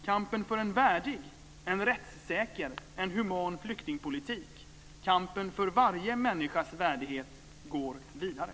Kampen för en värdig, rättssäker och human flyktingpolitik, kampen för varje människas värdighet, går vidare.